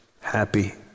happy